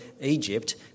Egypt